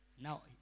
Now